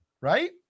Right